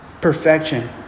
perfection